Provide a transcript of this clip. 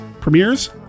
premieres